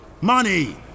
Money